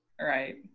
right